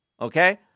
okay